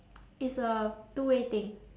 it's a two way thing